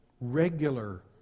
Regular